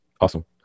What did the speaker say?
Awesome